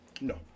No